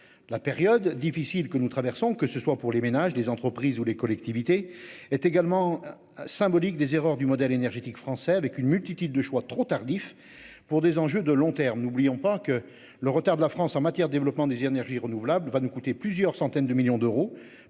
La période difficile que nous traversons, que ce soit pour les ménages, les entreprises ou les collectivités est également symbolique des erreurs du modèle énergétique français avec une multitude de choix trop tardif pour des enjeux de long terme. N'oublions pas que le retard de la France en matière de développement des énergies renouvelables va nous coûter plusieurs centaines de millions d'euros